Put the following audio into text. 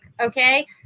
okay